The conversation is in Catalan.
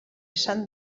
sant